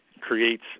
creates